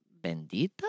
Bendita